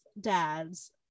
dads